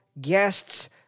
guests